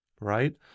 right